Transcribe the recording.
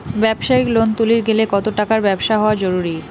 ব্যবসায়িক লোন তুলির গেলে কতো টাকার ব্যবসা হওয়া জরুরি?